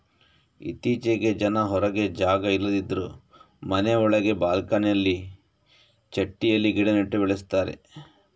ಇತ್ತೀಚೆಗೆ ಜನ ಹೊರಗೆ ಜಾಗ ಇಲ್ಲದಿದ್ರೂ ಮನೆ ಒಳಗೆ ಬಾಲ್ಕನಿನಲ್ಲಿ ಚಟ್ಟಿಯಲ್ಲಿ ಗಿಡ ನೆಟ್ಟು ಬೆಳೆಸ್ತಾರೆ